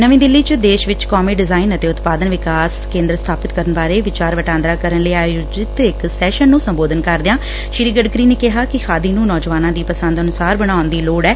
ਨਵੀਂ ਦਿੱਲੀ ਚ ਦੇਸ਼ ਵਿਚ ਕੌਮੀ ਡਿਜਾਇਨ ਅਤੇ ਉਤਪਾਦਨ ਵਿਕਾਸ ਕੇਂਦਰ ਸਬਾਪਿਤ ਕਰਨ ਬਾਰੇ ਵਿਚਾਰ ਵਟਾਂਦਰਾ ਕਰਨ ਲਈ ਆਯੋਜਿਤ ਇਕ ਸੈਸਨ ਨੂੰ ਸੰਬੋਧਨ ਕਰਦਿਆਂ ਸ੍ਰੀ ਗਡਕਰੀ ਨੇ ਕਿਹਾ ਕਿ ਖਾਦੀ ਨੂੰ ਨੌਜਵਾਨਾਂ ਦੀ ਪਸੰਦ ਅਨੁਸਾਰ ਬਣਾਉਣ ਦੀ ਲੋੜ ਐ